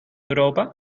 europa